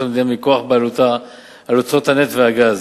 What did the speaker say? המדינה מכוח בעלותה על אוצרות הנפט והגז,